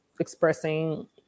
expressing